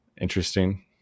interesting